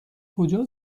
کجا